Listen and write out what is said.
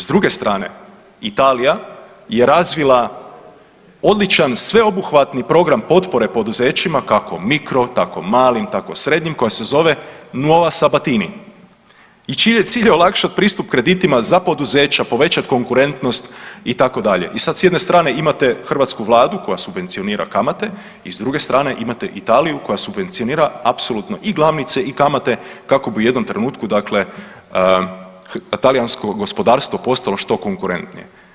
S druge strane Italija je razvila odličan sveobuhvatni program potpore poduzećima kako mikro, tako malim, tako srednjim koja se zove Nuova SAbatini i cilj je olakšat pristup kreditima za poduzeća, povećat konkurentnost itd. i sad s jedne strane imate hrvatsku Vladu koja subvencionira kamate i s druge strane imate Italiju koja subvencionira apsolutno i glavnice i kamate kako bi u jednom trenutku talijansko gospodarstvo postalo što konkurentnije.